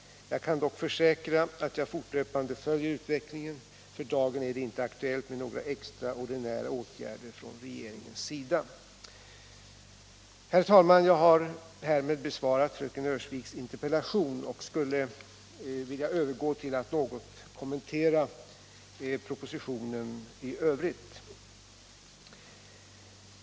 Jag kan dock försäkra att jag fortlöpande följer utvecklingen. För dagen är det inte aktuellt med några extraordinära åtgärder från regeringens sida. Herr talman! Jag har härmed besvarat fröken Öhrsviks interpellation och övergår så till att något kommentera propositionen i övrigt.